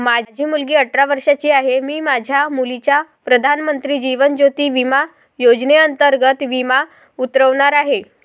माझी मुलगी अठरा वर्षांची आहे, मी माझ्या मुलीचा प्रधानमंत्री जीवन ज्योती विमा योजनेअंतर्गत विमा उतरवणार आहे